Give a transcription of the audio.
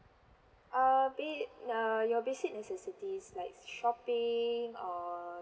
a bit err your basic necessities like shopping or